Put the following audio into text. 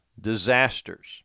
disasters